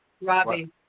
Robbie